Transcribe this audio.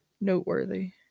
noteworthy